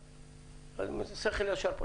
פשוט שכל ישר.